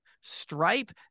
Stripe